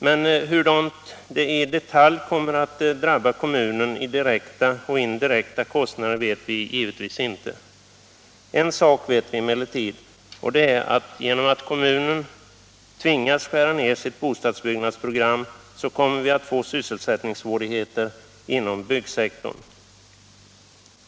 Men hur det i detalj kommer att drabba kommunen i direkta och indirekta kostnader vet vi givetvis inte. En sak vet vi emellertid, och det är att genom att kommunen tvingats skära ner sitt bostadsbyggnadsprogram kommer vi att få sysselsättningssvårigheter inom byggsektorn.